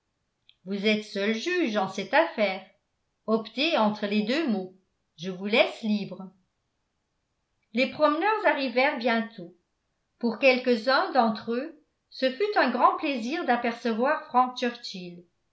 vous êtes seul juge en cette affaire optez entre les deux maux je vous laisse libre les promeneurs arrivèrent bientôt pour quelques-uns d'entre eux ce fut un grand plaisir d'apercevoir frank